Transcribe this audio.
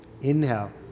inhale